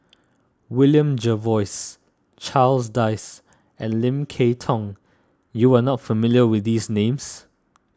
William Jervois Charles Dyce and Lim Kay Tong you are not familiar with these names